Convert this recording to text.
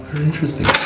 interesting.